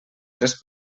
tres